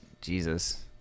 Jesus